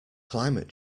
climate